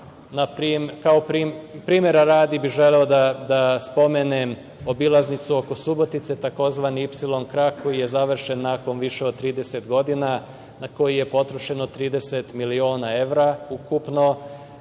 ali primera radi bih želeo da spomenem obilaznicu oko Subotice, tzv. „Ipsilon krak“ koji je završen nakon više od 30 godina, na koji je potrošeno 30 miliona evra ukupno.